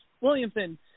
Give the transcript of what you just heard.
Williamson